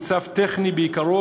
הוא צו טכני בעיקרו,